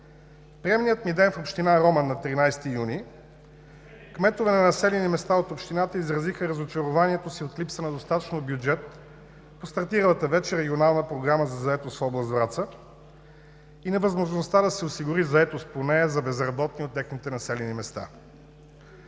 приемният ми ден в община Роман на 13 юни кметове на населени места от общината изразиха разочарованието си от липса на достатъчно бюджет по стартиралата вече Регионална програма за заетост в област Враца и невъзможността да се осигури заетост по нея за безработни от техните населени места.